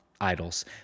idols